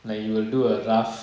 like you will do a rough